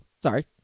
Sorry